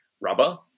rubber